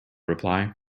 reply